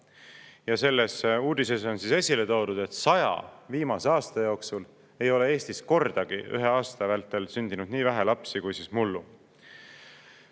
Ja selles uudises on esile toodud, et 100 viimase aasta jooksul ei ole Eestis kordagi ühe aasta vältel sündinud nii vähe lapsi kui mullu.